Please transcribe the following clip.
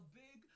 big